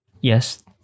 yes